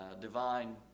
divine